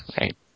right